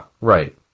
right